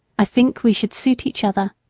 i think we should suit each other.